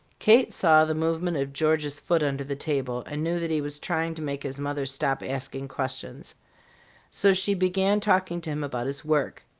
kate saw the movement of george's foot under the table, and knew that he was trying to make his mother stop asking questions so she began talking to him about his work.